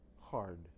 hard